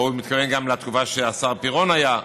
או שהוא מתכוון גם לתקופה שבה השר פירון היה?